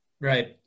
Right